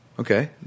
Okay